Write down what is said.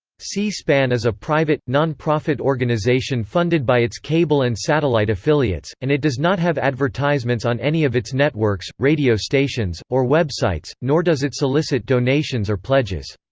c-span is a private, non-profit organization funded by its cable and satellite affiliates, and it does not have advertisements on any of its networks, radio stations, or websites, nor does it solicit donations or pledges.